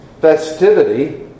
festivity